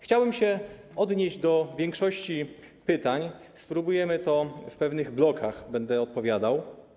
Chciałbym się odnieść do większości pytań, spróbuję, w pewnych blokach będę odpowiadał.